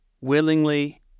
willingly